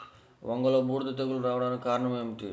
వంగలో బూడిద తెగులు రావడానికి కారణం ఏమిటి?